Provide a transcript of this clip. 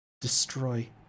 Destroy